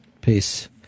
Peace